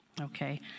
okay